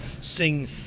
sing